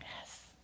Yes